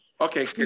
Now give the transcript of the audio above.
Okay